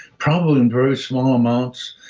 probably in very small amounts.